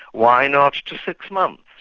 why not to six months?